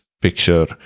picture